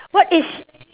what is